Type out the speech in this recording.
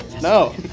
No